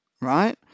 right